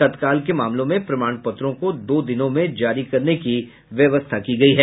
तत्काल के मामलों में प्रमाण पत्रों को दो दिनों में जारी करने की व्यवस्था की गयी है